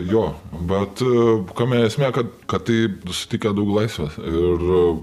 jo bet kame esmė kad kad tai suteikia daug laisvės ir